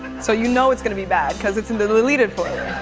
so you know it's going be bad, cause it's in the deleted